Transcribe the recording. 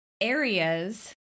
areas